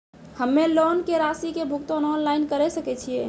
हम्मे लोन के रासि के भुगतान ऑनलाइन करे सकय छियै?